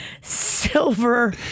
silver